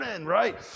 right